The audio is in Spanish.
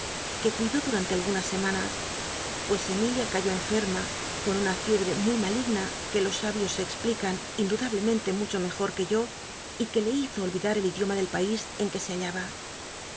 que cuidú dumn lc algunas semanas pues emilia cayó cnfcr ma con una fiebrc muy maligna que los sabios se explican indudablemente mucho mejo r que yo y que le hizo olvidar el idioma del pais en que se hallaba